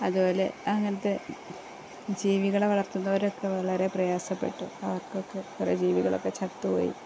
അതുപോലെ അങ്ങനത്തെ ജീവികളെ വളർത്തുന്നവരൊക്കെ വളരെ പ്രയാസപ്പെട്ടു അവർക്കൊക്കെ കുറേ ജീവികളൊക്കെ ചത്തു പോയി